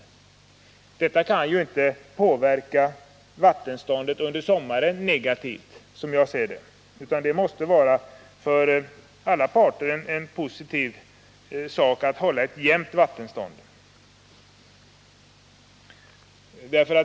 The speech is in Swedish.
Härigenom kan ju inte vattenståndet under sommaren påverkas negativt. Det måste för alla parter vara positivt att hålla ett jämnt vattenstånd.